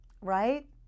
right